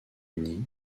uni